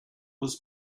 was